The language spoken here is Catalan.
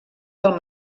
del